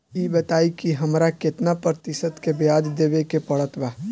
ई बताई की हमरा केतना प्रतिशत के ब्याज देवे के पड़त बा?